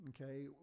okay